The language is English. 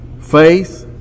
Faith